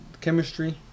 chemistry